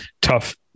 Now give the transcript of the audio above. tough